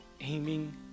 aiming